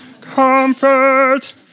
comfort